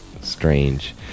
strange